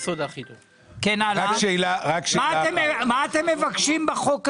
מה אתם מבקשים בחוק הזה?